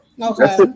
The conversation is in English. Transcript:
Okay